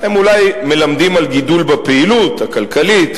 הם אולי מלמדים על גידול בפעילות הכלכלית,